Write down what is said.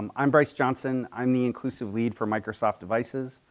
um i'm bryce johnson. i'm the inclusive lead for microsoft devices.